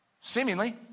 Seemingly